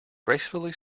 gracefully